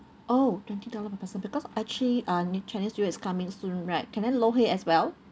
oh twenty dollar per person because actually uh n~ chinese new year is coming soon right can I lo hei as well